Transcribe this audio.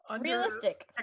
realistic